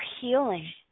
healing